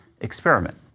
experiment